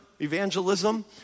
Evangelism